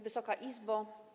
Wysoka Izbo!